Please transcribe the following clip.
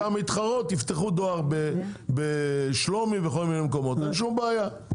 שהמתחרות יפתחו דואר בשלומי ובכל מיני מקומות ואז אין שום בעיה.